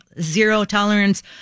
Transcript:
zero-tolerance